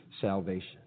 salvation